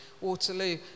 Waterloo